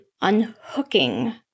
unhooking